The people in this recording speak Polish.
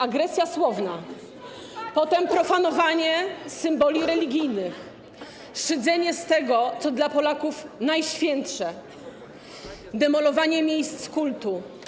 Agresja słowna, potem profanowanie symboli religijnych, szydzenie z tego, co dla Polaków najświętsze, demolowanie miejsc kultu.